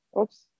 oops